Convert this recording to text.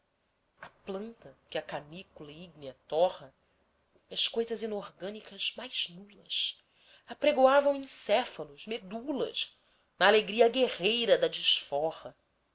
a planta que a canícula ígnea torra e as coisas inorgânicas mais nulas apregoavam encéfalos medulas na alegria guerreira da desforra